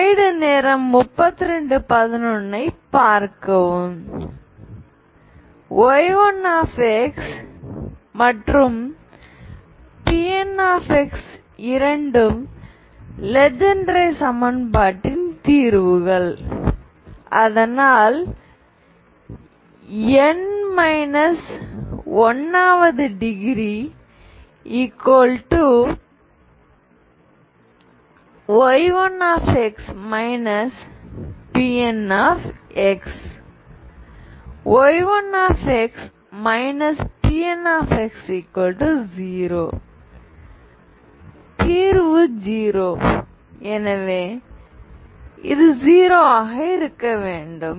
y1 Pnஇரண்டும் Legendre சமன்பாட்டின் தீர்வுகள் அதனால் thடிகிரி y1 Pn y1x Pnx0 தீர்வு 0 எனவே இது 0 ஆக இருக்க வேண்டும்